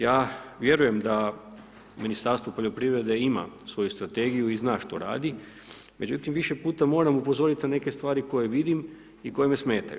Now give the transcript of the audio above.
Ja vjerujem da Ministarstvo poljoprivrede ima svoju strategiju i zna što radi, međutim više puta moram upozorit na neke stvari koje vidim i koje me smetaju.